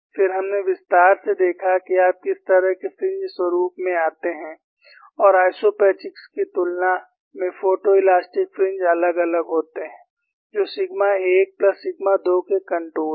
फिर हमने विस्तार से देखा कि आप किस तरह के फ्रिंज स्वरुप में आते हैं और आइसोपेचिक्स की तुलना में फोटोइलास्टि फ्रिंज अलग अलग होते हैं जो सिग्मा 1 प्लस सिग्मा 2 के कंटूर हैं